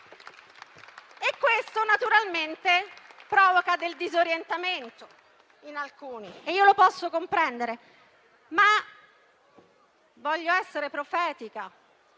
Questo naturalmente provoca del disorientamento in alcuni e posso comprenderlo, ma voglio essere profetica: